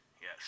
Yes